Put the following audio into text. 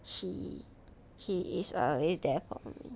she he is always there for me